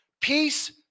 peace